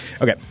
Okay